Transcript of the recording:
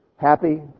happy